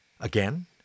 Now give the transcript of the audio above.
Again